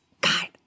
God